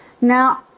Now